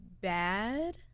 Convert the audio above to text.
bad